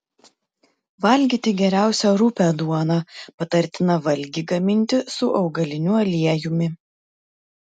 valgyti geriausia rupią duoną patartina valgį gaminti su augaliniu aliejumi